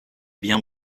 bien